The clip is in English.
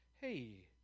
hey